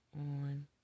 on